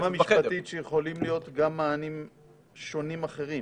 אז עמדתכם המשפטית היא שיכולים להיות גם מענים שונים אחרים?